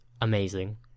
amazing